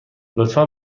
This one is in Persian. لطفا